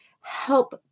help